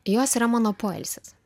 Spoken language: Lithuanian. jos yra mano poilsis